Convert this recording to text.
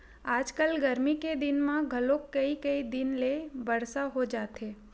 आजकल गरमी के दिन म घलोक कइ कई दिन ले बरसा हो जाथे